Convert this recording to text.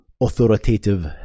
authoritative